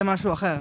זה משהו אחר.